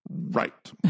Right